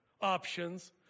options